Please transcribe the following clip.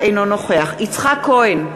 אינו נוכח יצחק כהן,